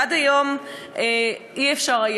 עד היום לא היה אפשר,